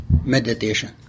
meditation